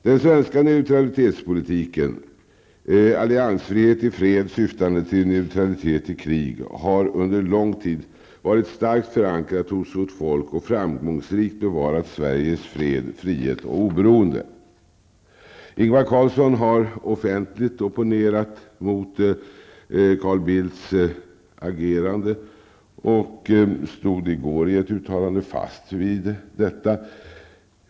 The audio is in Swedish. Den svenska neutralitetspolitiken -- alliansfrihet i fred syftande till neutralitet i krig -- har under lång tid varit starkt förankrad hos vårt folk och har också framgångsrikt bevarat Sverige fred, frihet och oberoende. Ingvar Carlsson har offentligt opponerat mot Carl Bildts agerande, och han stod i går -- det framgår av ett uttalande som han då gjorde -- fast vid detta.